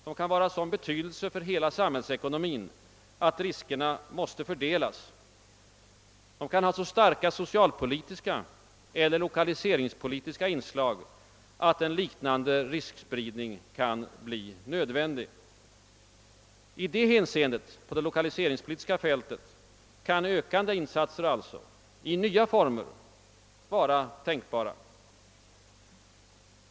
De kan vara av sådan betydelse för hela samhällsekonomin, att riskerna måste fördelas. De kan ha så starka socialpolitiska eller lokaliseringspolitiska inslag att en liknande riskspridning blir nödvändig. I det hänseendet — alltså på det lokaliseringspolitiska fältet — kan ökande insatser i nya former vara tänkbara.